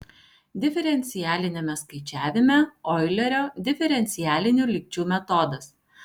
diferencialiniame skaičiavime oilerio diferencialinių lygčių metodas